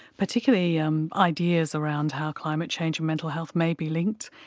particularly um ideas around how climate change and mental health may be linked,